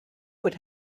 would